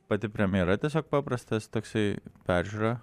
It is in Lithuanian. pati premjera tiesiog paprastas toksai peržiūra